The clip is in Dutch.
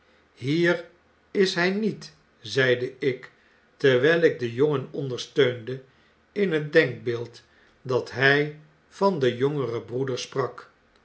hier is hij niet zeide ik terwijl ik den jongen ondersteunde in het denkbeeld dat hij van den jongeren broeder sprak